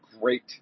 great